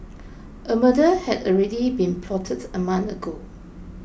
a murder had already been plotted a month ago